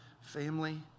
family